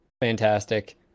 fantastic